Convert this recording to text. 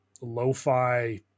lo-fi